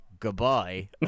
Goodbye